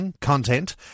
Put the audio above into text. content